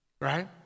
right